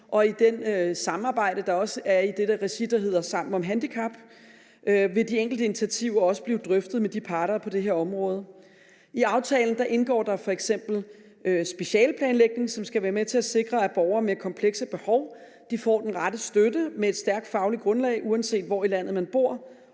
I det samarbejde, der er i det regi, der hedder Sammen om handicap, vil de enkelte initiativer også blive drøftet med parterne på det her område. I aftalen indgår der f.eks. specialeplanlægning, som skal være med til at sikre, at borgere med komplekse behov får den rette støtte med et stærkt fagligt grundlag, uanset hvor i landet man bor,